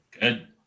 Good